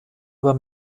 über